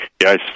Yes